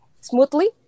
smoothly